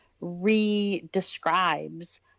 re-describes